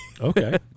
Okay